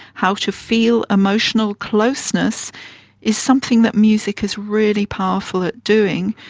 how to feel emotional closeness is something that music is really powerful at doing.